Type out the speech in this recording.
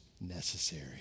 necessary